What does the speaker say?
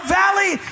valley